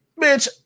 bitch